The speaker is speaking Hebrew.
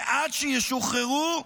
ועד שישוחררו,